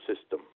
system